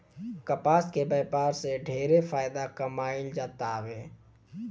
कपास के व्यापार से ढेरे फायदा कमाईल जातावे